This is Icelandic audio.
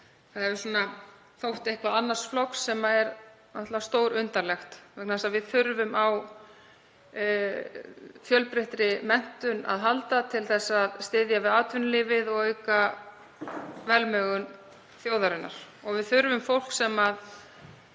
Það hefur þótt eitthvað annars flokks, sem er náttúrlega stórundarlegt vegna þess að við þurfum á fjölbreyttri menntun að halda til að styðja við atvinnulífið og auka velmegun þjóðarinnar. Við þurfum fólk sem